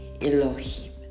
Elohim